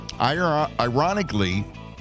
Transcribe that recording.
Ironically